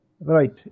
Right